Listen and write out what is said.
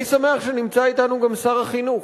אני שמח שנמצא אתנו גם שר החינוך,